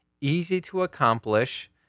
easy-to-accomplish